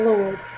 Lord